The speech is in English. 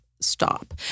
stop